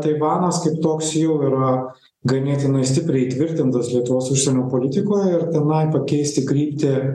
taivanas kaip toks jau yra ganėtinai stipriai įtvirtintas lietuvos užsienio politikoj ir tenai pakeisti kryptį